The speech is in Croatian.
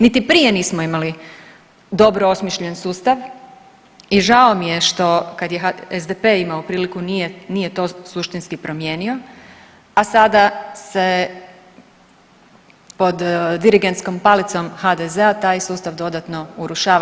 Niti prije nismo imali dobro osmišljen sustav i žao mi je što, kad je SDP imao priliku, nije to suštinski promijenio, a sada se pod dirigentskom palicom HDZ-a taj sustav dodatno urušava.